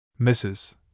Mrs